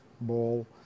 ball